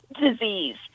disease